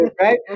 right